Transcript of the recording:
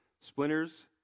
Splinters